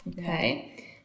Okay